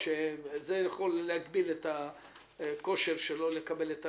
שזה יכול להגביל את הכושר שלו לקבל את הרישיון.